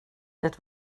det